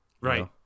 right